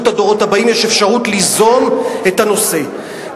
אפשר לעשות זאת בתקנות,